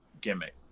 gimmick